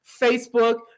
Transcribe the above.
Facebook